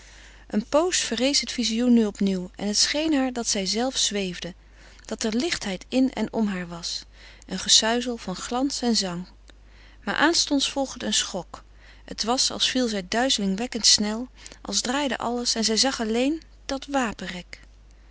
een pooze verrees het vizioen nu opnieuw en het scheen haar dat zijzelve zweefde dat er lichtheid in en om haar was een gesuizel van glans en zang maar aanstonds volgde een schok het was als viel zij duizelingwekkend snel als draaide alles en zij zag alleen dat